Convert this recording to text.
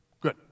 Good